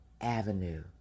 avenue